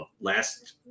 last